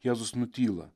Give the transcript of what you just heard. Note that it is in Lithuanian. jėzus nutyla